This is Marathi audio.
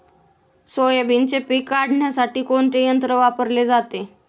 सोयाबीनचे पीक काढण्यासाठी कोणते यंत्र वापरले जाते?